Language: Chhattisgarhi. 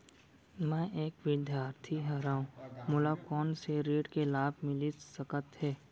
मैं एक विद्यार्थी हरव, मोला कोन से ऋण के लाभ मिलिस सकत हे?